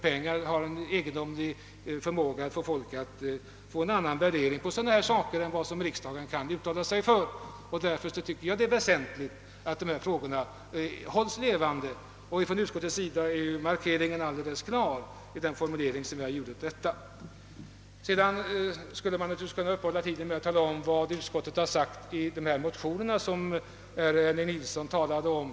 Pengar har en egendomlig förmåga att få folk att anlägga en annan värdering på dessa saker än vad riksdagen uttalat sig för. Därför tycker jag det är väsentligt att dessa frågor hålles levande. Utskot tets markering är alldeles klar med den formulering utlåtandet har fått. Jag skulle naturligtvis kunna uppehålla mig vid vad utskottet har sagt om de motioner som herr Henning Gustafsson talade om.